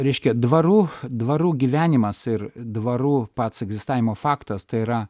reiškia dvarų dvarų gyvenimas ir dvarų pats egzistavimo faktas tai yra